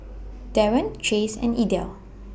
Daren Chase and Idell